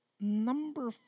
Number